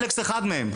אלכס אחד מהם,